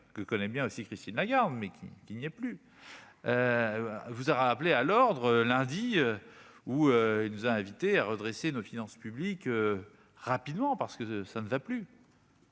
que connaît bien aussi Christine Lagarde mais qui, qui n'est plus vous a rappelé à l'ordre lundi où il nous a invités à redresser nos finances publiques rapidement parce que ça ne va plus.